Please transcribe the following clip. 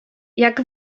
jak